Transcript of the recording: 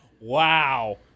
Wow